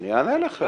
אני אענה לך.